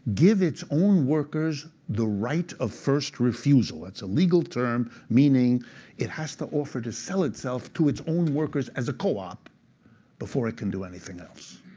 give its own workers the right of first refusal. that's a legal term meaning it has to offer to sell itself to its own workers as a co-op before it can do anything else.